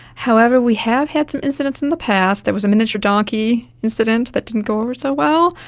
however, we have had some incidents in the past, there was a miniature donkey incident that didn't go over so well,